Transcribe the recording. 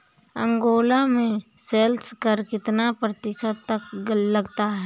Angola में sales कर कितना प्रतिशत तक लगता है?